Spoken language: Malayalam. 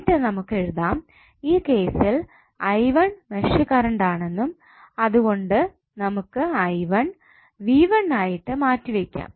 എന്നിട്ട് നമുക്ക് എഴുതാം ഈ കേസിൽ മെഷ് കറണ്ട് ആണെന്നും അതുകൊണ്ട് നമുക്ക് ആയിട്ട് മാറ്റിവയ്ക്കാം